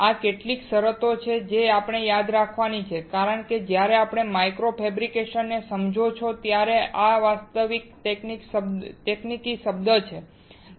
આ કેટલીક શરતો છે જે આપણે યાદ રાખવાની છે કારણ કે જ્યારે તમે માઇક્રો ફેબ્રિકેશનને સમજો છો ત્યારે આ વાસ્તવિક તકનીકી શબ્દો છે